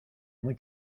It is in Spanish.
muy